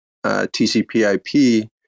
TCP/IP